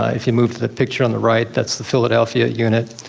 ah if you move to the picture on the right that's the philadelphia unit.